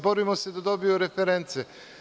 Borimo se da dobiju reference.